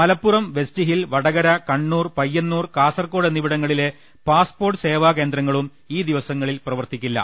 മലപ്പുറം വെസ്റ്റ്ഹിൽ വടകരകണ്ണൂർ പയ്യ ന്നൂർ കാസർഗോഡ് എന്നിവിടങ്ങളിലെ പാസ്പോർട്ട് സേവാ കേ ന്ദ്രങ്ങളും ഈ ദിവസങ്ങളിൽ പ്രവർത്തിക്കില്ല